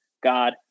God